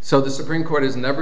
so the supreme court has never